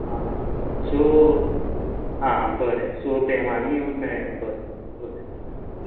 आं हां सो आं बरें सो डेमांनी येवन मेळयां बरें बरें